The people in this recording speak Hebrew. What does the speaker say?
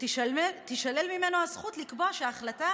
ותישלל ממנו הזכות לקבוע שההחלטה